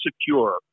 secure